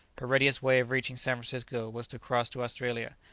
her readiest way of reaching san francisco was to cross to australia,